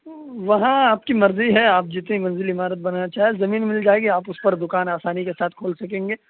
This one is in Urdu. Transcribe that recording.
وہاں آپ کی مرضی ہے آپ جتنی منزل عمارت بنانا چاہے زمین مل جائے گی آپ اس پر دوکان آسانی کے ساتھ کھول سکیں گے